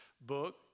book